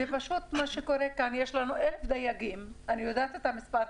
יש לנו 1,000 דייגים אני יודעת את המספר,